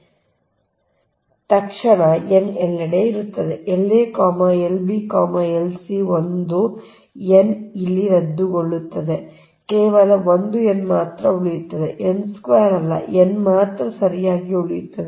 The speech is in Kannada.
ಆದ್ದರಿಂದ ನೀವು ಇಲ್ಲಿ ಬದಲಿಯಾಗಿ ಸಲ್ಲಿಸಿದ ತಕ್ಷಣ n ಎಲ್ಲೆಡೆ ಇರುತ್ತದೆ La Lb Lc ಒಂದು n ಇಲ್ಲಿ ರದ್ದುಗೊಳ್ಳುತ್ತದೆ ಕೇವಲ ಒಂದು n ಮಾತ್ರ ಉಳಿಯುತ್ತದೆ n 2 ಅಲ್ಲ n ಮಾತ್ರ ಸರಿಯಾಗಿ ಉಳಿಯುತ್ತದೆ